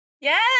Yes